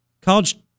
College